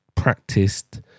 practiced